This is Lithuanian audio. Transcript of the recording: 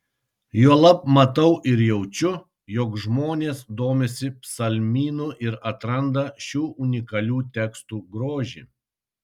juolab matau ir jaučiu jog žmonės domisi psalmynu ir atranda šių unikalių tekstų grožį